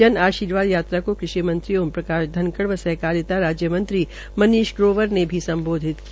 जन आर्शीवाद यात्रा को कृषि मंत्री ओ पी धनखड़ व सहकारिता राज्य मंत्री मनीष ग्रोवर ने सम्बोधित किया